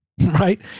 right